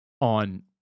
on –